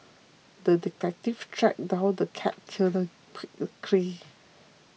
the detective tracked down the cat killer quickly